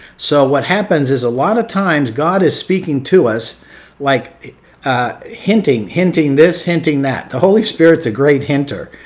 so what happens is a lot of times god is speaking to us like hinting hinting this, hinting that. the holy spirit's a great hinter.